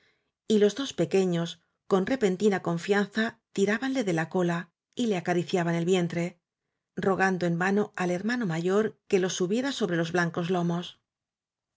y los clos pe queños con repentina confianza tirábanle de la cola y le acariciaban el vientre rogando en vano al hermano mayor que los subiera sobre los blancos lomos